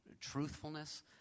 truthfulness